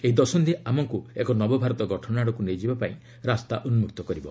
ଏହି ଦଶନ୍ଧି ଆମକୁ ଏକ ନବଭାରତ ଗଠନ ଆଡ଼କୁ ନେଇଯିବାପାଇଁ ରାସ୍ତା ଉନ୍କକ୍ତ କରିବ